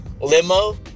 limo